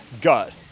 gut